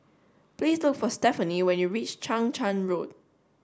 please look for Stephanie when you reach Chang Charn Road